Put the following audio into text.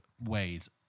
ways